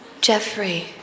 Jeffrey